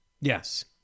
Yes